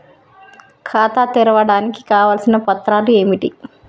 ఖాతా తెరవడానికి కావలసిన పత్రాలు ఏమిటి?